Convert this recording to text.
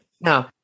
No